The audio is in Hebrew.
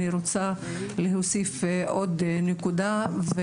אני רוצה להוסיף עוד נקודה,